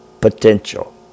potential